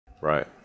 Right